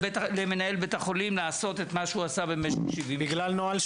למנהל בית החולים לעשות את מה שהוא עשה במשך 70 שנה.